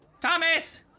Thomas